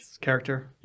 character